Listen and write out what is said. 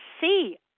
see